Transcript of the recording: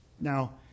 Now